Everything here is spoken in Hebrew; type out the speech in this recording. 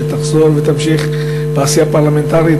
שתחזור ותמשיך בעשייה פרלמנטרית,